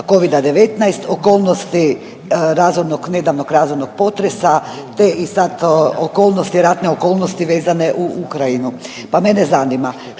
covida-19, okolnosti razornog, nedavnog razornog potresa, te i sad okolnosti, ratne okolnosti vezane u Ukrajinu, pa mene zanima